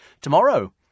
Tomorrow